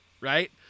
right